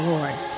Lord